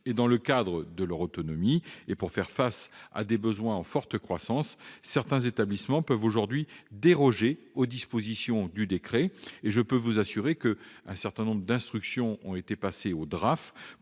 Dans le cadre de leur autonomie, et pour faire face à des besoins en forte croissance, certains établissements peuvent déroger aux dispositions du décret. Je peux vous assurer que des instructions ont été passées aux